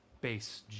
base